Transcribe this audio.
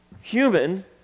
human